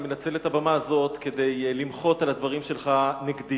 אני מנצל את הבמה הזו כדי למחות על הדברים שלך נגדי.